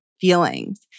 feelings